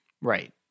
Right